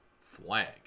Flag